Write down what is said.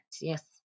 Yes